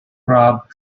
rob